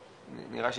אני יוצא מנקודת הנחה,